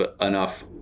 enough